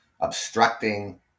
obstructing